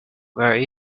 where